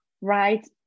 right